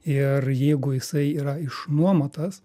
ir jeigu jisai yra išnuomotas